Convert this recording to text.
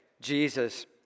Jesus